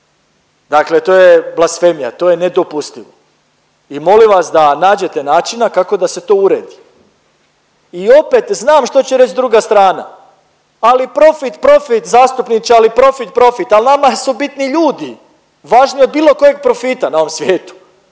dakle to je blasfemija, to je nedopustivo. I molim vas da nađete načina kako da se to uredi. I opet znam što će reći druga strana, ali profit, profit zastupniče, ali profit, profit, al nama su bitni ljudi važniji od bilo kojeg profita na ovom svijetu.